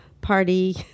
party